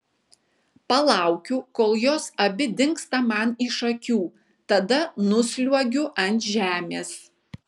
palaukiu kol jos abi dingsta man iš akių tada nusliuogiu ant žemės